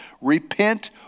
Repent